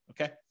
okay